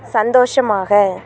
சந்தோஷமாக